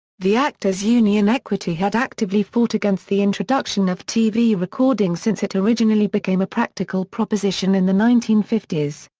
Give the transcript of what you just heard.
the actors' union equity had actively fought against the introduction of tv recording since it originally became a practical proposition in the nineteen fifty s.